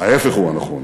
ההפך הוא הנכון.